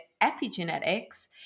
epigenetics